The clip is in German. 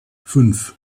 fünf